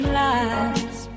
lies